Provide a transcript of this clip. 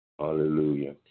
Hallelujah